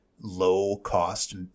low-cost